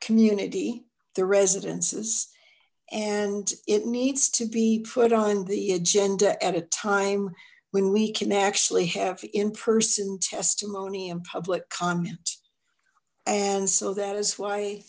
community the residences and it needs to be put on the agenda at a time when we can actually have in person testimony and public comment and so that is why